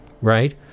right